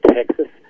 Texas